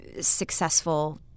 successful